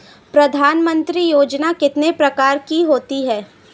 प्रधानमंत्री योजना कितने प्रकार की होती है?